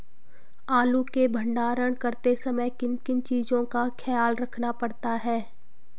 आलू के भंडारण करते समय किन किन चीज़ों का ख्याल रखना पड़ता है?